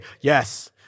yes